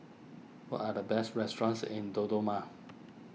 what are the best restaurants in Dodoma